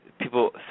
people